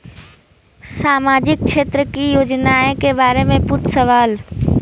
सामाजिक क्षेत्र की योजनाए के बारे में पूछ सवाल?